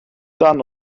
dann